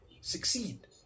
succeed